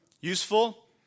Useful